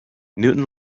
newton